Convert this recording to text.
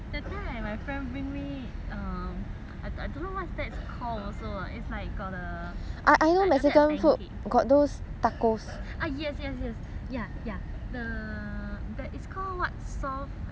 I don't know what's that's called also it's like got the a bit like pancake ah yes yes yes ya ya that is called what soft and hard shell or something it's like